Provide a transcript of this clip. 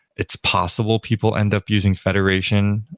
it's possible people end up using federation.